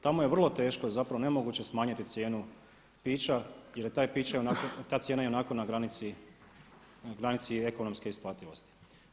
Tamo je vrlo teško zapravo nemoguće smanjiti cijenu pića jel ta cijena je i onako na granici ekonomske isplativosti.